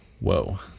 Whoa